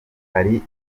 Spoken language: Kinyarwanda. hari